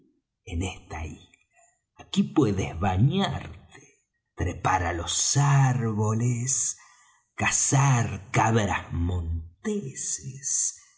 en esta isla aquí puedes bañarte trepar á los árboles cazar cabras monteses